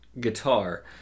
guitar